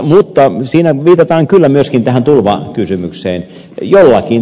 mutta siinä viitataan kyllä myöskin tähän tulvakysymykseen